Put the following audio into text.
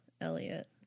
Elliot